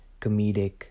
comedic